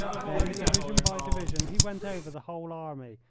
then, division by division, he went over the whole army,